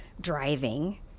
driving